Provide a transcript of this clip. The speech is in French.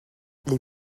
les